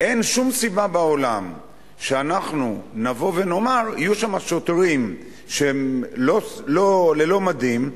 אין שום סיבה בעולם שנאמר שיהיו שם שוטרים ללא מדים,